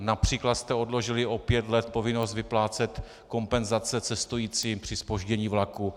Například jste odložili o pět let povinnost vyplácet kompenzace cestujícím při zpoždění vlaku.